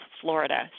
Florida